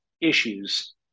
issues